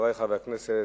חברי חברי הכנסת,